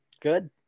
Good